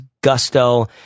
Gusto